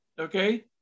okay